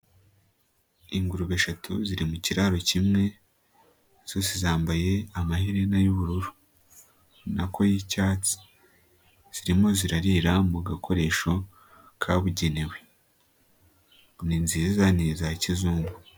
Ingurube eshatu ziri mu kiraro kimwe zose zambaye amaherena y'ubururu nako yicyatsi. zirimo zirarira mu gakoresho kabugenewe. Ni nziza ni izakizungu.